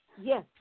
Yes